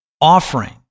offering